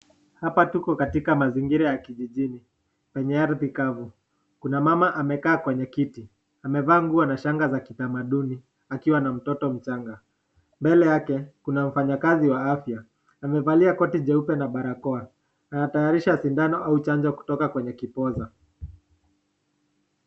Hapa tuko katika mazingira ya kijijini penye ardhi kavu. Kuna mama amekaa kwenye kiti amevaa nguo na shanga za kitamatuduni akiwa na mtoto mchanga. Mbele yake kuna mfanyakazi wa afya wamevalia koti jeupe na barakoa, anatayarisha sindano au chanjo kutoka kwenye kipoza.